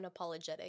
unapologetic